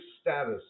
status